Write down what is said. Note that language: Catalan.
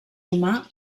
humà